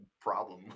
problem